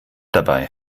dabei